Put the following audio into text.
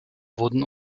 werden